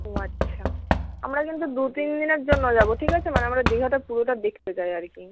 ও আচ্ছা আমরা কিন্তু দু তিন দিনের জন্য যাবো ঠিক আছে মানে আমরা দীঘাটা পুরোটা দেখতে চাই আর কি